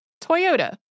Toyota